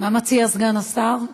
מה מציע סגן שר?